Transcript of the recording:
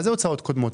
מה זה הוצאות קודמות?